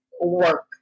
work